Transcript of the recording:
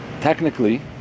technically